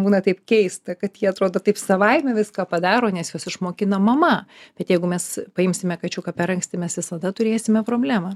būna taip keista kad jie atrodo taip savaime viską padaro nes juos išmokina mama bet jeigu mes paimsime kačiuką per anksti mes visada turėsime problemą